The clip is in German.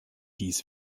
dies